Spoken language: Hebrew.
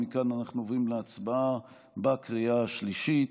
מכאן אנחנו עוברים להצבעה בקריאה השלישית.